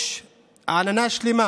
יש עננה שלמה